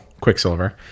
Quicksilver